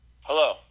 Hello